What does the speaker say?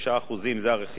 שזה רכיב העמסה,